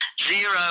Zero